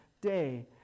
day